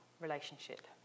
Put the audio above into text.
relationship